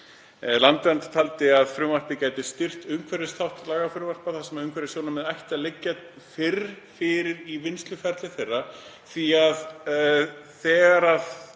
Landvernd taldi að frumvarpið gæti styrkt umhverfisþátt lagafrumvarpa þar sem umhverfissjónarmið ættu að liggja fyrr fyrir í vinnsluferli þeirra því að oft þegar